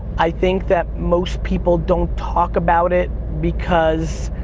i think that most people don't talk about it because,